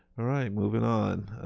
right, moving on.